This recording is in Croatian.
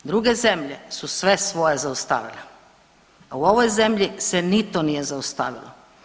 Druge zemlje su sve svoje zaustavile, a u ovoj zemlji se ni to nije zaustavilo.